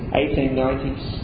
1890s